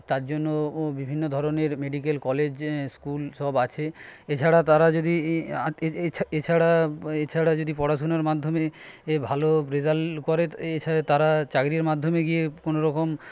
তার জন্যও বিভিন্ন ধরনের মেডিকেল কলেজ স্কুল সব আছে এছাড়া তারা যদি এছাড়া এছাড়া যদি পড়াশুনোর মাধ্যমে ভালো রেজাল্ট করে এছাড়া তারা চাকরির মাধ্যমে গিয়ে কোনোরকম